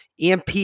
EMP